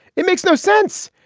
it makes no sense.